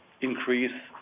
increase